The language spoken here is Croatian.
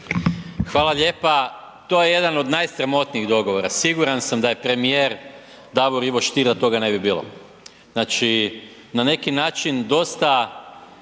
Hvala lijepa. To je jedan od najsramotnijih dogovora, siguran sam da je premijer Davor Ivo Stier da toga ne bi bilo. Znači, na neki način dosta